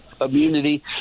immunity